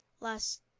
last